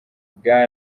bwa